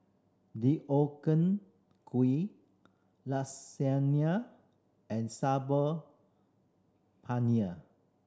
Deodeok Gui Lasagne and Saag Paneer